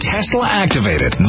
Tesla-activated